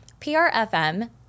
PRFM